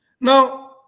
Now